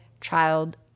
child